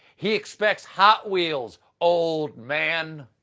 he expects hot wheels, old man.